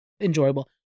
enjoyable